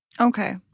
Okay